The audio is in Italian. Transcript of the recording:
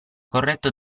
corretto